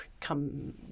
come